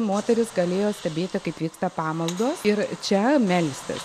moterys galėjo stebėti kaip vyksta pamaldos ir čia melstis